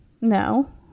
No